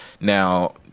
Now